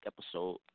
episode